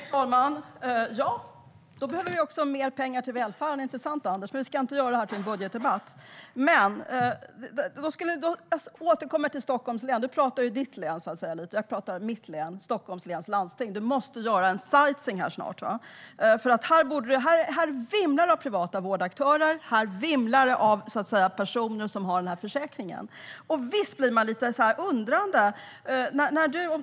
Fru talman! Då behöver vi också mer pengar till välfärden, inte sant, Anders? Men vi ska inte göra detta till en budgetdebatt. Jag återkommer till Stockholms län. Du talar om ditt län och jag om mitt och om Stockholms läns landsting. Du måste göra en sightseeing här snart. Här vimlar det av privata vårdaktörer och av personer som har försäkring. Och visst blir man lite undrande.